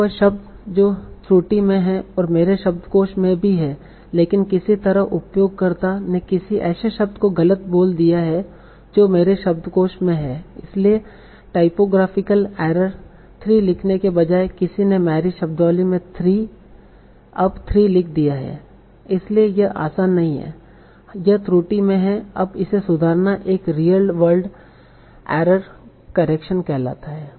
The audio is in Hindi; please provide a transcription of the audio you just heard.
जब वह शब्द जो त्रुटि में है मेरे शब्दकोश में भी है लेकिन किसी तरह उपयोगकर्ता ने किसी ऐसे शब्द को गलत बोल दिया है जो मेरे शब्दकोश में है इसलिए टाइपोग्राफिकल एरर three लिखने के बजाय किसी ने मेरी शब्दावली में 3 अब 3 लिख दिया है इसलिए यह आसान नहीं है कि यह त्रुटि में है अब इसे सुधारना एक रियल वर्ड एरर करेक्शन कहलाता है